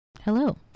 Hello